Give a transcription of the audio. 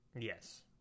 Yes